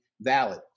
valid